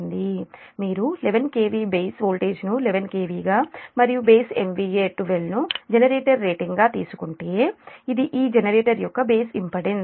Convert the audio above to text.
మీరు 11 KV base వోల్టేజ్ను 11 కెవిగా మరియు బేస్ MVA 12 ను జనరేటర్ రేటింగ్గా తీసుకుంటే ఇది ఈ జనరేటర్ యొక్క బేస్ ఇంపెడెన్స్